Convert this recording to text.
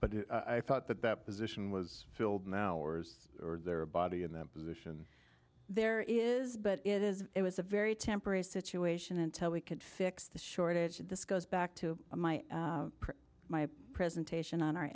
but i thought that that position was filled my hours are there a body in that position there is but it is it was a very temporary situation until we could fix the shortage and this goes back to my my presentation on our